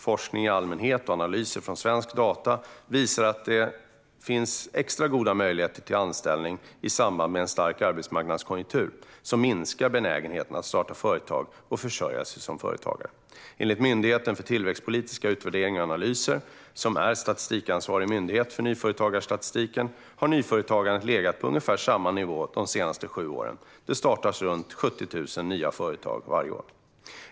Forskning i allmänhet och analyser från svenska data visar att när det finns extra goda möjligheter till anställning, i samband med en stark arbetsmarknadskonjunktur, minskar benägenheten att starta företag och försörja sig som företagare. Enligt Myndigheten för tillväxtpolitiska utvärderingar och analyser, som är statistikansvarig myndighet för nyföretagarstatistiken, har nyföretagandet legat på ungefär samma nivå de senaste sju åren. Det startas runt 70 000 nya företag varje år.